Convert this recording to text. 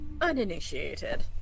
uninitiated